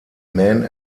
men